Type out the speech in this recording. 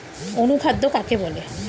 অনুখাদ্য কাকে বলে?